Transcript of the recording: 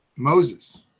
moses